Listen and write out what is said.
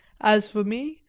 as for me,